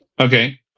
Okay